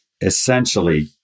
essentially